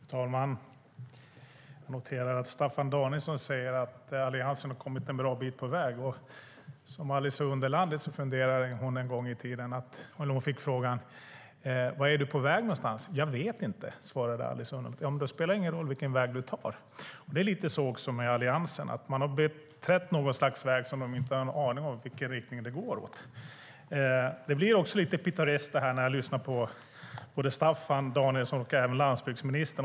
Fru talman! Jag noterar att Staffan Danielsson säger att Alliansen har kommit en bra bit på väg. Alice i underlandet fick frågan: Vart är du på väg? Jag vet inte, svarade Alice. Ja, men då spelar det ingen roll vilken väg du tar. Det är lite så det är med Alliansen. Man har beträtt en väg, och man har inte någon aning om i vilken riktning den går. Det blir också lite pittoreskt när jag lyssnar på Staffan Danielsson och även landsbygdsministern.